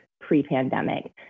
pre-pandemic